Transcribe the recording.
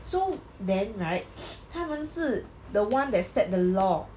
so then right 他们是 the one that set the law